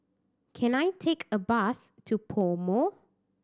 can I take a bus to PoMo